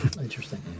Interesting